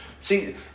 See